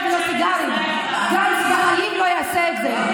ואת יודעת למה אני לא אהיה במצב הזה?